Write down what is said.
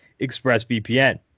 ExpressVPN